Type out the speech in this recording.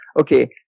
okay